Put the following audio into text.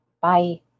Bye